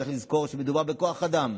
צריך לזכור שמדובר בכוח אדם